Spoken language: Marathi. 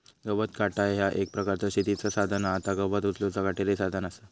गवत काटा ह्या एक प्रकारचा शेतीचा साधन हा ता गवत उचलूचा काटेरी साधन असा